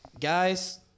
guys